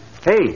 Hey